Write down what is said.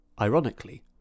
Ironically